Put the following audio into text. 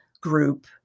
group